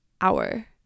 hour